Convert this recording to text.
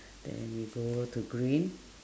then we go to green